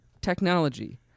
technology